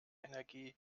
energie